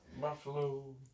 Buffalo